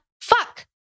fuck